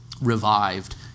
revived